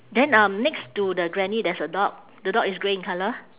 then um next to the granny there's a dog the dog is grey in colour